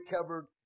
covered